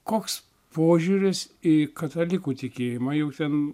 koks požiūris į katalikų tikėjimą jau ten